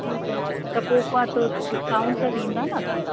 ठीकु आहे त पोइ को डिस्काउंट त ॾींदा न तव्हां